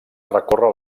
recórrer